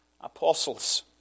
apostles